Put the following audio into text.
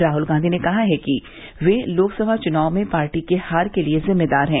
राहुल गांवी ने कहा है कि वे लोकसभा चुनाव में पार्टी की हार के लिए जिम्मेदार है